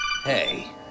Hey